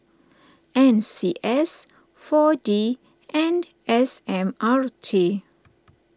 N C S four D and S M R T